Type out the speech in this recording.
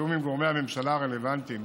ובתיאום עם גורמי הממשלה הרלוונטיים,